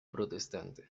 protestante